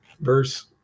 Verse